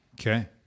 Okay